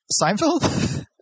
Seinfeld